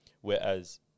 Whereas